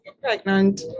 pregnant